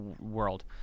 world